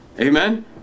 Amen